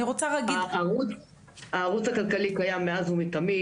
אני רוצה להגיד --- הערוץ הכלכלי קיים מאז ומתמיד,